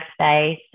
space